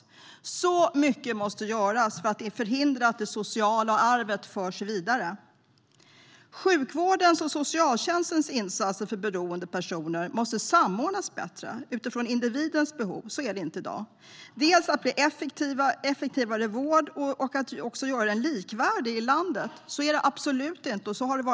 Det är mycket som måste göras för att förhindra att det sociala arvet förs vidare. Sjukvårdens och socialtjänstens insatser för beroende personer måste samordnas bättre utifrån individens behov, dels för att effektivisera vården och dels för att göra den mer likvärdig över landet.